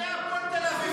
אם זה היה הפועל תל אביב,